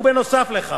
ובנוסף לכך,